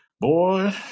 Boy